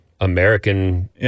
American